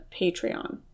Patreon